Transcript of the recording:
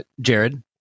Jared